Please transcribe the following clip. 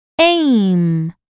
Aim